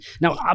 Now